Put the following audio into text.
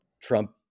trump